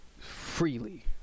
freely